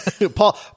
Paul